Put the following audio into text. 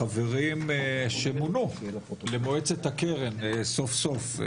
אני רוצה קודם כל לקדם בברכה את החברים שמונו למועצת הקרן סוף סוף.